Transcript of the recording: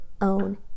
own